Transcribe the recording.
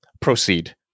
Proceed